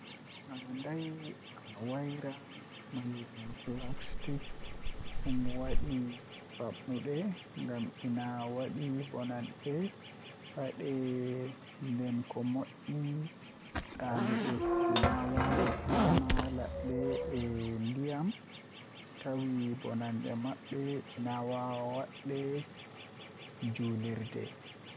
Handai a waira malla Plastik ɗum waɗi faaɓnude ngam ina waɗi bonanɗe baɗe nden ko moƴƴi e daguɗe. Ina waawaa faama ladde e ndiyam, tawi bonanɗe maɓɓe ina waɗa waɗde njulirde.